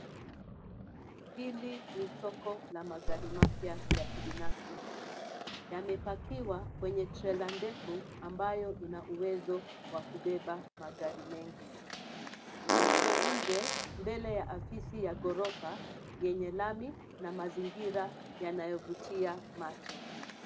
Hili ni soko la magari mapya ya kibinafsi. Yamepakiwa kwenye trela ndefu ambayo ina uwezo wa kubeba magari mengi. Liko nje, mbele ya afisi ya ghorofa, yenye lami, na mazingira yanayovutia macho.